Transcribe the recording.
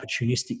opportunistic